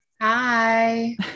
Hi